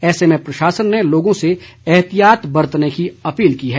ऐसे में प्रशासन ने लोगों से ऐहतियात बरतने की अपील की है